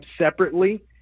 separately